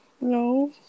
No